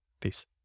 Peace